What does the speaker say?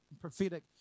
prophetic